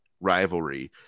rivalry